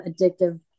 addictive